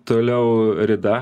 toliau rida